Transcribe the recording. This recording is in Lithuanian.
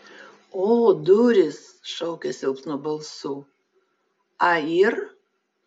o durys šaukiu silpnu balsu a yr